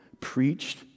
preached